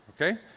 Okay